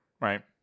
Right